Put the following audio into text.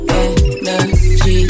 energy